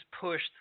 pushed